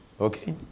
Okay